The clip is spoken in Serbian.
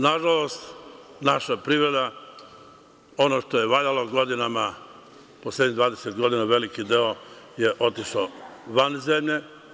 Nažalost, naša privreda, ono što je valjalo godinama, poslednjih 20 godina, veliki deo je otišao van zemlje.